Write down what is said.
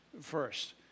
first